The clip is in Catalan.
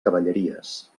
cavalleries